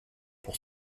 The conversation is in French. pour